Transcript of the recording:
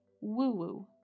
woo-woo